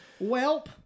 Welp